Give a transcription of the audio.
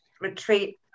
retreat